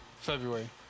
February